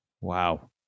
wow